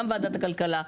גם וועדת הכלכלה,